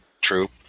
true